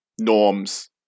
norms